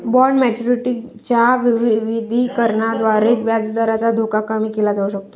bond maturity च्या विविधीकरणाद्वारे व्याजदराचा धोका कमी केला जाऊ शकतो